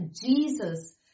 Jesus